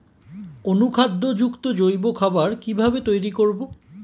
অনুখাদ্য যুক্ত জৈব খাবার কিভাবে তৈরি করব?